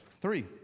Three